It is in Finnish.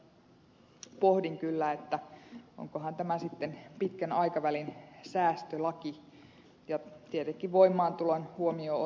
siitä syystä pohdin kyllä että onkohan tämä sitten pitkän aikavälin säästölaki ja kielikin voi mahtua huomio